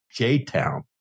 JTown